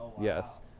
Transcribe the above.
Yes